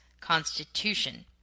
Constitution